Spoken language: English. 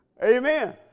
Amen